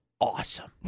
awesome